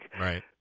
Right